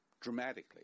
dramatically